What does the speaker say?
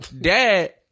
Dad